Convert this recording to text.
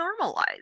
normalize